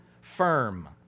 firm